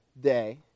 day